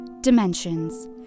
Dimensions